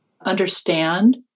understand